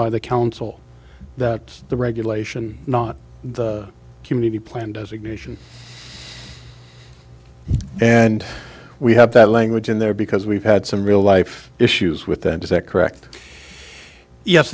by the council that's the regulation not the community plan designation and we have that language in there because we've had some real life issues with that is that correct yes